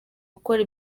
gukora